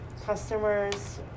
Customers